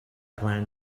plan